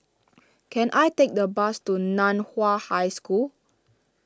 can I take the bus to Nan Hua High School